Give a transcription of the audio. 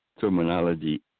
terminology